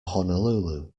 honolulu